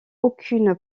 aucune